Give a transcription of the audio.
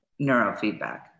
neurofeedback